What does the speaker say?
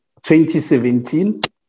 2017